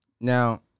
Now